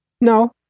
No